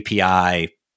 API